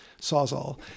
sawzall